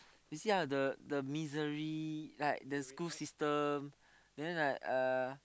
you see ah the the misery like the school system then like uh